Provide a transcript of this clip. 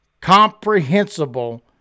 comprehensible